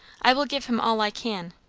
i will give him all i can,